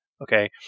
okay